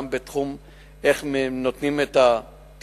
גם בתחום של איך נותנים את הטיפול,